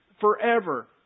forever